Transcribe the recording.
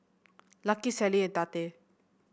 Lucky Sallie and Tate